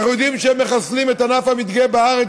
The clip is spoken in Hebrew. אנחנו יודעים שהם מחסלים את ענף המדגה בארץ